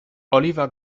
oliver